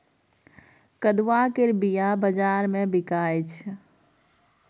कदुआ केर बीया बजार मे बिकाइ छै